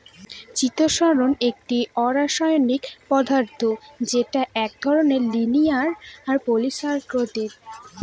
চিতোষণ একটি অরাষায়নিক পদার্থ যেটা এক ধরনের লিনিয়ার পলিসাকরীদ